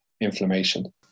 inflammation